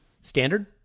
Standard